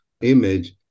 image